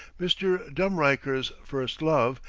mr. dumreicher's first love,